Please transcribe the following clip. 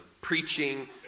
preaching